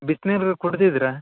ಬಿಸಿ ನೀರು ಕುಡ್ದಿದ್ರಾ